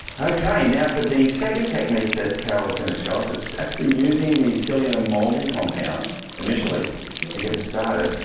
okay now for the second technique that carole's going to show us, is actually using the atelier molding compound initially yeah to get it started.